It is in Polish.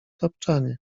tapczanie